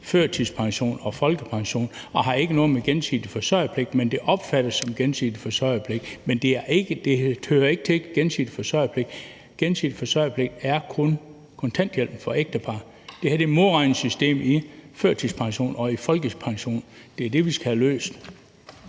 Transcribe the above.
førtidspension og folkepension, og det har ikke noget med gensidig forsørgerpligt at gøre. Det opfattes som gensidig forsørgerpligt, men det hører ikke til gensidig forsørgerpligt. Gensidig forsørgerpligt gælder kun kontanthjælpen for ægtepar. Det her handler om modregningssystemet i førtidspension og i folkepension. Det er det, vi skal have løst.